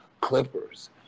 Clippers